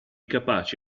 capaci